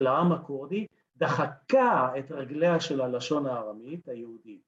לעם הכורדי דחקה את רגליה של הלשון הארמית היהודית.